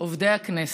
עובדי הכנסת,